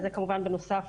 אז זה כמובן בנוסף